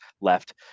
left